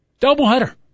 Doubleheader